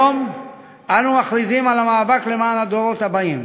היום אנו מכריזים על המאבק למען הדורות הבאים.